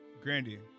Grandy